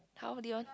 how Dion